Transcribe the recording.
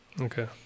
okay